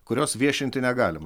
kurios viešinti negalima